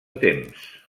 temps